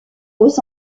aux